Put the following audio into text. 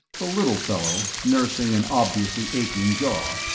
the little fellow, nursing an obviously aching jaw,